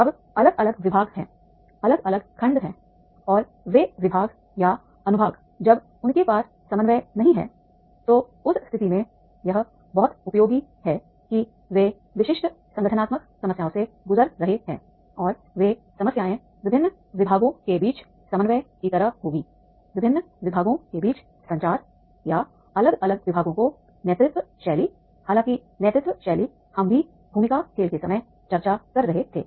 अब अलग अलग विभाग हैं अलग अलग खंड हैं और वे विभाग या अनुभाग जब उनके पास समन्वय नहीं है तो उस स्थिति में यह बहुत उपयोगी है कि वे विशिष्ट संगठनात्मक समस्याओं से गुजर रहे हैं और वे समस्याएं विभिन्न विभागों के बीच समन्वय की तरह होंगी विभिन्न विभागों के बीच संचार या अलग अलग विभागों की नेतृत्व शैली हालांकि नेतृत्व शैली हम भी भूमिका खेल के समय चर्चा कर रहे थे